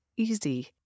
easy